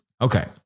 Okay